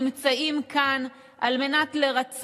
אולי גם 10 מיליארד שקלים ירידה בהכנסות